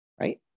Right